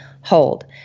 hold